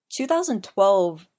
2012